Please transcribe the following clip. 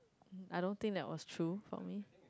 I don't think that was true for me